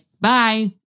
bye